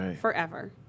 forever